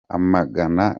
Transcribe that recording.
amagana